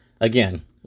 again